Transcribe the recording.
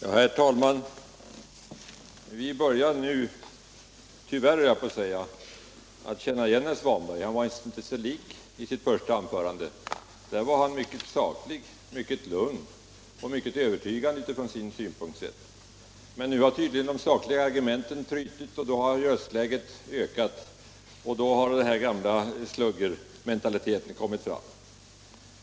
Herr talman! Vi börjar nu, tyvärr höll jag på att säga, att känna igen herr Svanberg. Han var sig inte lik i sitt första anförande — han var mycket saklig, lugn och övertygande från sin synpunkt sett. Men nu har tydligen de sakliga argumenten trutit, och därför har röstläget höjts och den gamla sluggermentaliteten kommit fram.